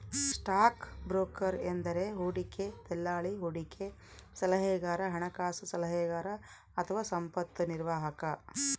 stock broker ಎಂದರೆ ಹೂಡಿಕೆ ದಲ್ಲಾಳಿ, ಹೂಡಿಕೆ ಸಲಹೆಗಾರ, ಹಣಕಾಸು ಸಲಹೆಗಾರ ಅಥವಾ ಸಂಪತ್ತು ನಿರ್ವಾಹಕ